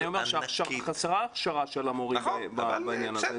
אני אומר שחסרה הכשרה של המורים בעניין הזה,